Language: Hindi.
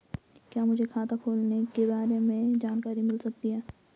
क्या मुझे खाते खोलने के बारे में जानकारी मिल सकती है?